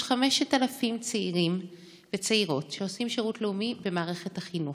יש 5,000 צעירים וצעירות שעושים שירות לאומי במערכת החינוך.